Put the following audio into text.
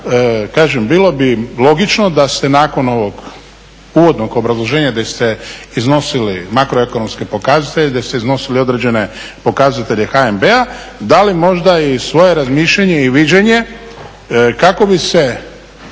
bilo bi logično da se nakon ovog uvodnog obrazloženja gdje ste iznosili makroekonomske pokazatelje da ste iznosili određene pokazatelje HNB-a, da li možda i svoje razmišljanje i viđenje kako bi se